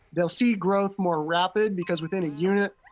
they'll see growth more rapid because within a unit,